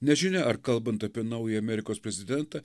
nežinia ar kalbant apie naują amerikos prezidentą